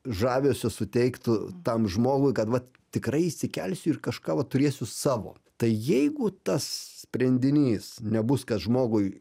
žavesio suteiktų tam žmogui kad tikrai išsikelsiu ir kažką va turėsiu savo tai jeigu tas sprendinys nebus kad žmogui